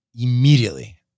Immediately